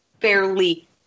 fairly